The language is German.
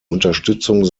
unterstützung